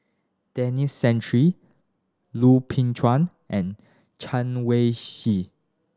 Denis Santry Lui Ping Chuen and Chen Wen Hsi